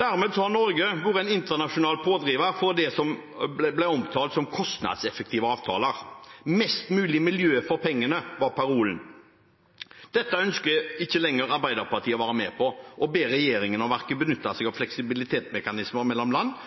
Dermed har Norge vært en internasjonal pådriver for det som ble omtalt som kostnadseffektive avtaler. Mest mulig miljø for pengene, var parolen. Dette ønsker ikke lenger Arbeiderpartiet å være med på og ber regjeringen om ikke å benytte seg av fleksibilitetsmekanismer mellom land